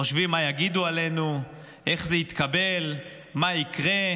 חושבים מה יגידו עלינו, איך זה יתקבל, מה יקרה.